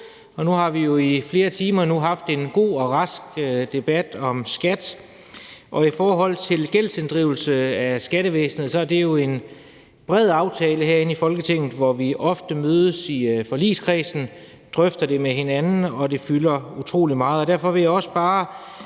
vi har jo nu i flere timer haft en god og rask debat om skat. I forhold til gældsinddrivelsen i skattevæsenet er der jo en bred aftale herinde i Folketinget, hvor vi ofte mødes i forligskredsen og vi drøfter det med hinanden, og det fylder utrolig meget,